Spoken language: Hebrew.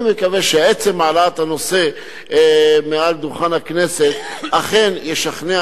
אני מקווה שעצם העלאת הנושא מעל דוכן הכנסת אכן ישכנע